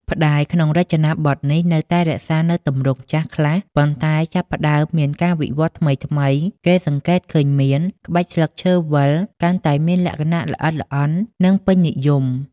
ផ្តែរក្នុងរចនាបថនេះនៅតែរក្សានូវទម្រង់ចាស់ខ្លះ ប៉ុន្តែចាប់ផ្តើមមានការវិវត្តន៍ថ្មីៗ គេសង្កេតឃើញមាន ក្បាច់ស្លឹកឈើវិល កាន់តែមានលក្ខណៈល្អិតល្អន់ និងពេញនិយម។